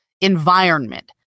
environment